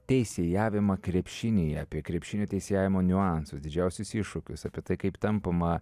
teisėjavimą krepšinyje apie krepšinio teisėjavimo niuansus didžiausius iššūkius apie tai kaip tampama